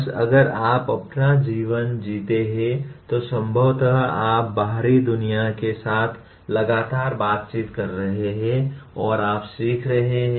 बस अगर आप अपना जीवन जीते हैं तो संभवतः आप बाहरी दुनिया के साथ लगातार बातचीत कर रहे हैं और आप सिख रहे हैं